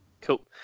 Cool